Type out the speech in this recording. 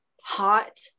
hot